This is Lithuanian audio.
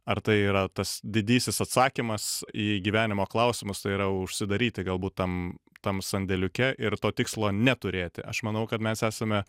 ar tai yra tas didysis atsakymas į gyvenimo klausimus tai yra užsidaryti galbūt tam tam sandėliuke ir to tikslo neturėti aš manau kad mes esame